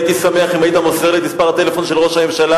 הייתי שמח אם היית מוסר לי את מספר הטלפון של ראש הממשלה.